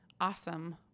Awesome